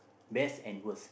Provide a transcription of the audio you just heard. best and worst